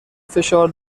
فشار